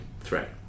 threat